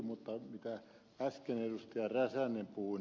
mutta siinä kohtaa mitä äsken ed